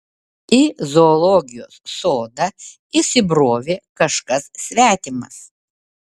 į zoologijos sodą įsibrovė kažkas svetimas